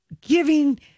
giving